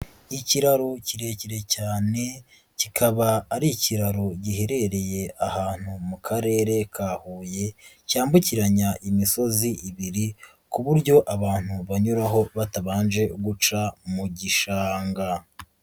Ikiraro kirekire cyane, kikaba ari ikiraro giherereye ahantu mu karere ka Huye, cyambukiranya imisozi ibiri, ku buryo abantu banyuraho batabanje guca mu gishanga.